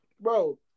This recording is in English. bro